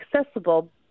accessible